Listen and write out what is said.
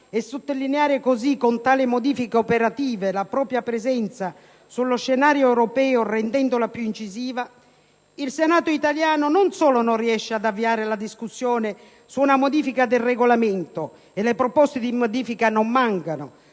e sottolineare così con tali modifiche operative la propria presenza sullo scenario europeo rendendola più incisiva, il Senato italiano non solo non riesce ad avviare la discussione su una modifica del Regolamento - le proposte di modifica in tal